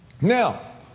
Now